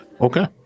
Okay